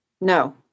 No